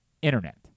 Internet